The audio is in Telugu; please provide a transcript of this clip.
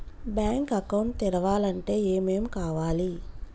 బ్యాంక్ అకౌంట్ తెరవాలంటే ఏమేం కావాలి?